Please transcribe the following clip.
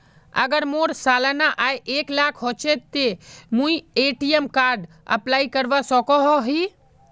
अगर मोर सालाना आय एक लाख होचे ते मुई ए.टी.एम कार्ड अप्लाई करवा सकोहो ही?